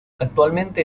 actualmente